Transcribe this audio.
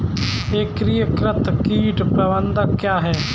एकीकृत कीट प्रबंधन क्या है?